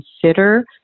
consider